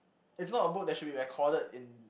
it's not a book that should be recorded in